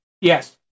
Yes